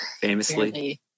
famously